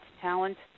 talent